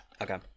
Okay